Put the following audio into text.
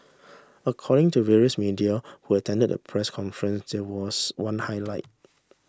according to various media who attended the press conference there was one highlight